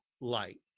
light